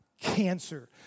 cancer